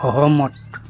সহমত